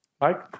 Mike